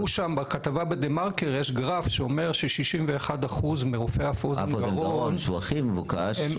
בכתבה בדה מרקר יש גרף שאומר ש-61% מרופאי אף אוזן גרון הם הכי זקנים.